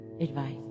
advice